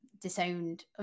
disowned